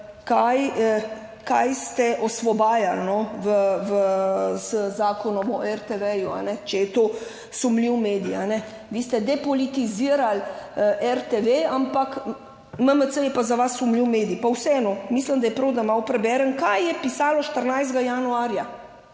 kaj ste osvobajali, no, v, z Zakonom o RTV, če je to sumljiv medij. Vi ste depolitizirali RTV, ampak MMC je pa za vas sumljiv medij, pa vseeno mislim, da je prav, da malo preberem, kaj je pisalo 14. januarja,